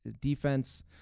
defense